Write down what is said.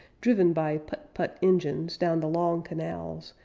driven by put-put engines down the long canals,